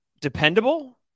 dependable